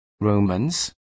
Romans